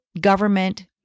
government